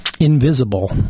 invisible